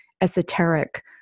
esoteric